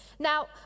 Now